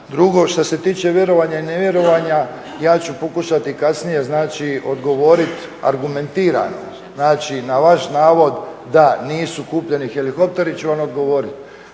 Drugo, što se tiče vjerovanja i nevjerovanja, ja ću pokušati kasnije znači odgovorit argumentirano na vaš navod da nisu kupljeni helikopteri ću vam odgovorit,